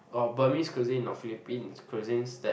or Burmese cuisine or Philippines cuisines that